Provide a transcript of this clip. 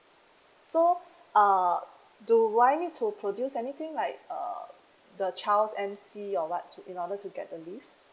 so uh do I need to produce anything like uh the child's M_C or what to in order to get the leave